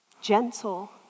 gentle